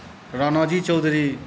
Ranaji Chaudhary